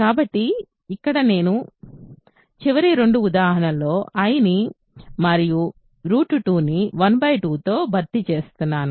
కాబట్టి ఇక్కడ నేను చివరి రెండు ఉదాహరణల్లోని i మరియు 2 ని 1 2తో భర్తీ చేస్తాను